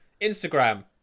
Instagram